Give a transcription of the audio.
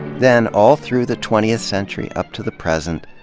then, all through the twentieth century up to the present,